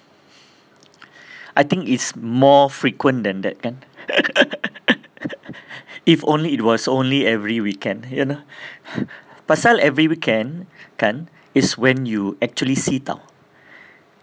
I think it's more frequent than that kan if only it was only every weekend you know pasal every weekend kan is when you actually see [tau]